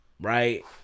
right